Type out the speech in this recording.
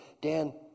Dan